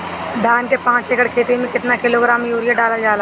धान के पाँच एकड़ खेती में केतना किलोग्राम यूरिया डालल जाला?